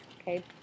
okay